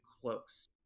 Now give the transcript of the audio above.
close